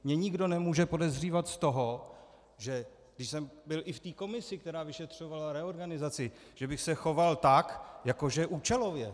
Mně nikdo nemůže podezřívat z toho, že, když jsem byl i v té komisi, která vyšetřovala reorganizaci, že bych se choval tak jako že účelově.